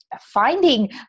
finding